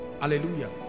hallelujah